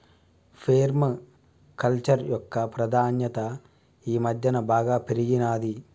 పేర్మ culture యొక్క ప్రాధాన్యత ఈ మధ్యన బాగా పెరిగినాది